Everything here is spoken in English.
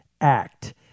Act